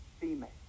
female